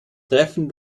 treffen